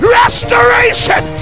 restoration